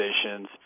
stations